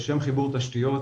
לשם חיבור תשתיות,